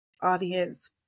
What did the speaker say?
audience